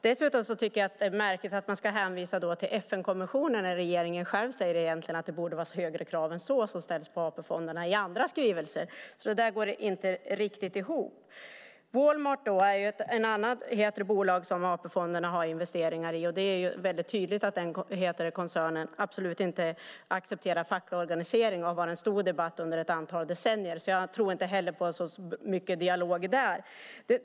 Det är märkligt att man ska hänvisa till FN-konventioner när regeringen säger att det borde vara högre krav än så som ska ställas på AP-fonderna i andra skrivelser. Det går inte riktigt ihop. Walmart är ett annat bolag som AP-fonderna har investeringar i. Det är tydligt att den koncernen absolut inte accepterar facklig organisering. Det har varit en stor debatt under ett antal decennier. Jag tror inte heller på så mycket dialog där.